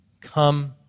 Come